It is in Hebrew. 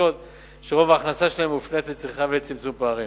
שרוב ההכנסה שלהן מופנית לצריכה ולצמצום פערים.